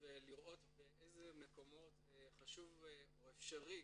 ולראות באיזה מקומות חשוב או אפשרי